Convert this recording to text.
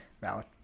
Valid